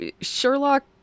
sherlock